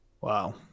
Wow